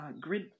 grid